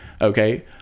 Okay